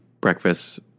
breakfast